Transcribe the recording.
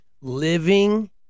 Living